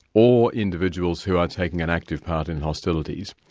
or individuals who are taking an active part in hostilities.